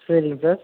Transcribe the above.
சரிங்க சார்